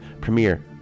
premiere